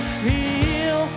feel